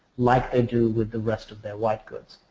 like they do with the rest of their white goods.